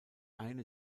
eine